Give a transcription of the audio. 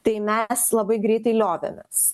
tai mes labai greitai liovėmės